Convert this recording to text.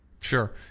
Sure